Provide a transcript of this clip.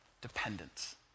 dependence